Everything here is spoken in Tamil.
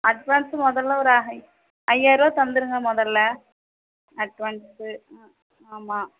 அட்வான்ஸ்ஸு முதல்ல ஒரு ஐ ஐயாயருபா தந்துடுங்க முதல்ல அட்வான்ஸ்ஸு ம் ஆமாம்